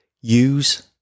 use